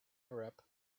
arab